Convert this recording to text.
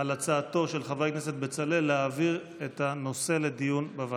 על הצעתו של חבר הכנסת בצלאל להעביר את הנושא לדיון בוועדה.